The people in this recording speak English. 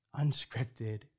unscripted